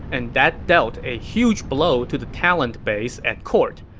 and that dealt a huge blow to the talent base at court.